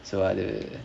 so அது:adhu